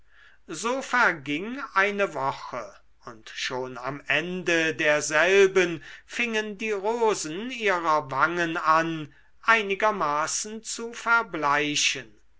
so verging eine woche und schon am ende derselben fingen die rosen ihrer wangen an einigermaßen zu verbleichen